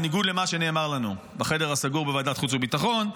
בניגוד למה שנאמר לנו בחדר הסגור בוועדת חוץ וביטחון,